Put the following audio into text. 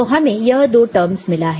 तो हमें यह दो टर्मस मिला है